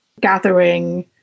gathering